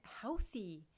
healthy